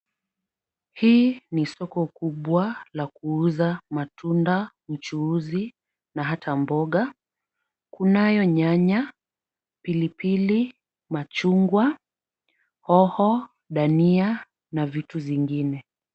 Hii ni soko kubwa la kuuza matunda, mchuuzi na hata mboga kunayo nyanya pilipili, machungwa, hoho, dania na vitu zingine.